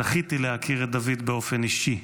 זכיתי להכיר את דוד באופן אישי.